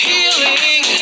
Healing